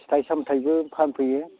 फिथाइ सामथाइबो फानफैयो